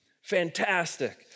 Fantastic